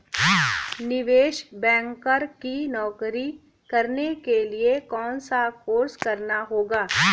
निवेश बैंकर की नौकरी करने के लिए कौनसा कोर्स करना होगा?